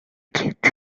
take